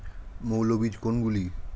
মৌল বীজ কোনগুলি?